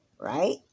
right